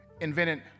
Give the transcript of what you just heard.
invented